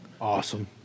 Awesome